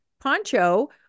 poncho